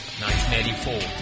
1984